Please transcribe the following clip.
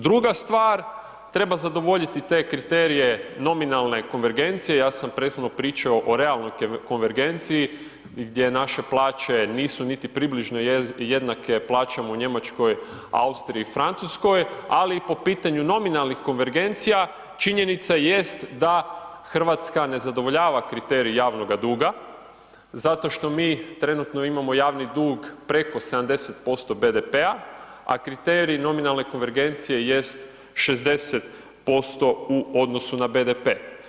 Druga stvar, treba zadovoljiti te kriterije nominalne konvergencije, ja sam prethodno pričao o realnoj konvergenciji gdje naše plaće nisu niti približno jednake plaćama u Njemačkoj, Austriji, Francuskoj ali i po pitanju nominalnih konvergencija, činjenica jest da Hrvatska ne zadovoljava kriterij javnoga duga zato što mi trenutno imamo javni dug preko 70% BDP-a a kriterij nominalne konvergencije jest 60% u odnosu na BDP.